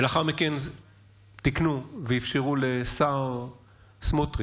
לאחר מכן תיקנו ואפשרו לשר סמוטריץ'